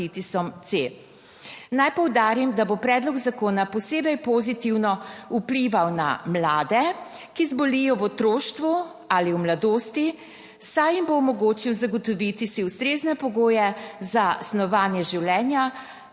poudarim, da bo predlog zakona posebej pozitivno vplival na mlade, ki zbolijo v otroštvu ali v mladosti, saj jim bo omogočil zagotoviti si ustrezne pogoje za snovanje življenja